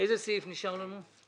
איזה סעיף נשאר לנו?